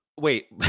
Wait